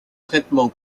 traitement